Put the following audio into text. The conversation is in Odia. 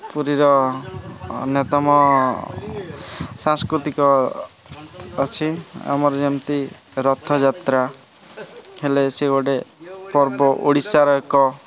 ପୁରୀର ଅନ୍ୟତମ ସାଂସ୍କୃତିକ ଅଛି ଆମର ଯେମିତି ରଥଯାତ୍ରା ହେଲେ ସେ ଗୋଟେ ପର୍ବ ଓଡ଼ିଶାର ଏକ